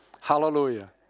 Hallelujah